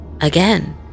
Again